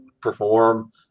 perform